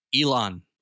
Elon